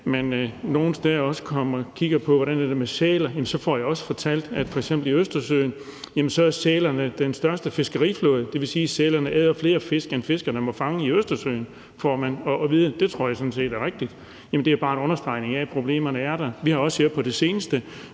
nogle gange kigger på, hvordan det er med sæler. Jeg får f.eks. også fortalt, at i Østersøen er sælerne den største fiskeriflåde. Det vil sige, at sælerne æder flere fisk, end fiskerne må fange i Østersøen. Det får man at vide, at og det tror jeg sådan set er rigtigt, og det er bare en understregning af, at problemerne er der. Vi har også her på det seneste,